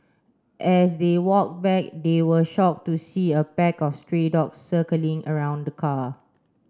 as they walked back they were shocked to see a pack of stray dogs circling around the car